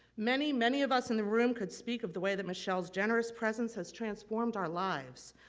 many many of us in the room could speak of the way that michelle's generous presence has transformed our lives.